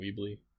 Weebly